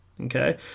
Okay